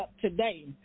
today